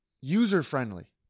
user-friendly